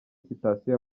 sitasiyo